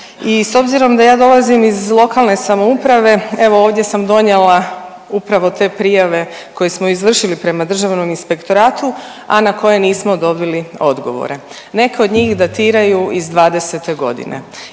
i s obzirom da ja dolazim iz lokalne samouprave evo ovdje sam donijela upravo te prijave koje smo izvršili prema Državnom inspektoratu, a na koje nismo dobili odgovore. Neka od njih datiraju iz '20. g.